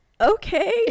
okay